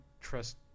trust